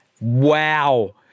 Wow